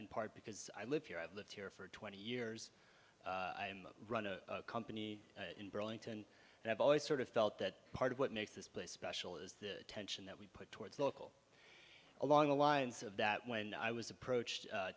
in part because i live here i've lived here for twenty years run a company in burlington and i've always sort of felt that part of what makes this place special is the tension that we put towards local along the lines of that when i was approached